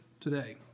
today